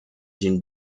une